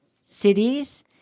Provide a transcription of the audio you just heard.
cities